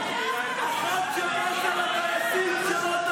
כשמישהו היה עושה ככה כשהיית יושב-ראש,